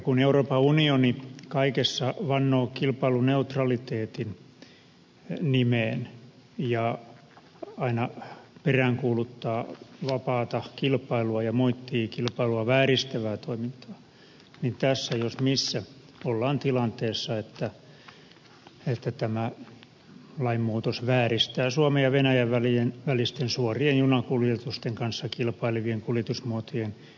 kun euroopan unioni kaikessa vannoo kilpailuneutraliteetin nimeen ja aina peräänkuuluttaa vapaata kilpailua ja moittii kilpailua vääristävää toimintaa niin tässä jos missä ollaan tilanteessa että lainmuutos vääristää suomen ja venäjän välisten suorien junakuljetusten kanssa kilpailevien kuljetusmuotojen kilpailutilannetta